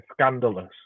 scandalous